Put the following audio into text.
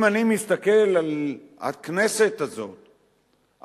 אם אני מסתכל על הכנסת הזאת,